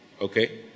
Okay